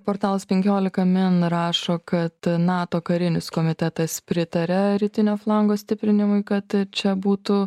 portalas penkiolika min rašo kad nato karinis komitetas pritaria rytinio flango stiprinimui kad čia būtų